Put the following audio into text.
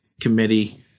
committee